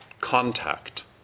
contact